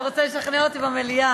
אתה רוצה לשכנע אותי במליאה?